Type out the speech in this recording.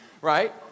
right